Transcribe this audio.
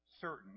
certain